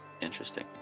interesting